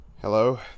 Hello